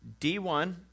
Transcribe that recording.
D1